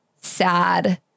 sad